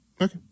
Okay